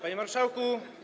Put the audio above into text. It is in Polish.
Panie Marszałku!